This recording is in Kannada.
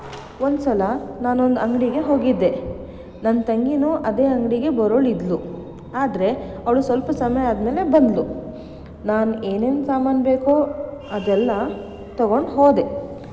ಒಂದು ಸಲ ನಾನೊಂದು ಅಂಗಡಿಗೆ ಹೋಗಿದ್ದೆ ನನ್ನ ತಂಗಿಯೂ ಅದೇ ಅಂಗಡಿಗೆ ಬರೊಳಿದ್ಲು ಆದರೆ ಅವಳು ಸ್ವಲ್ಪ ಸಮಯ ಆದಮೇಲೆ ಬಂದಳು ನಾನು ಏನೇನು ಸಾಮಾನು ಬೇಕೋ ಅದೆಲ್ಲ ತೊಗೊಂಡು ಹೋದೆ